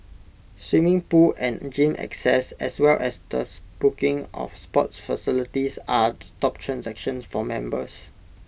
swimming pool and gym access as well as the booking of sports facilities are the top transactions for members